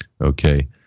okay